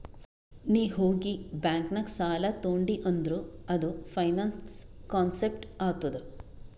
ನೀ ಹೋಗಿ ಬ್ಯಾಂಕ್ ನಾಗ್ ಸಾಲ ತೊಂಡಿ ಅಂದುರ್ ಅದು ಫೈನಾನ್ಸ್ ಕಾನ್ಸೆಪ್ಟ್ ಆತ್ತುದ್